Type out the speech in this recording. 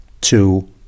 two